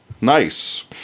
nice